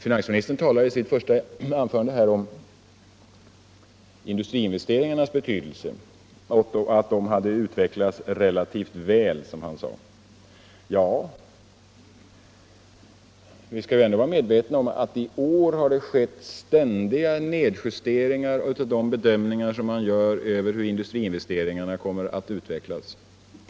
I sitt första anförande talade finansministern om industriinvesteringarnas betydelse, och han sade att de hade utvecklats relativt väl. Men då skall vi vara medvetna om att det i år har gjorts ständiga nedjusteringar av bedömningarna rörande hur industriinvesteringarna kommer att utvecklas.